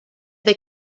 they